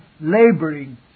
laboring